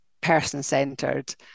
person-centered